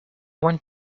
want